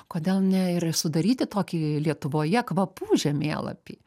kodėl ne ir sudaryti tokį lietuvoje kvapų žemėlapį